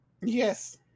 Yes